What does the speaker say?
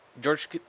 George